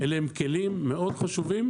אלה הם כלים מאוד חשובים,